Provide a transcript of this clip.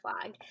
flag